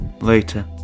Later